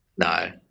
No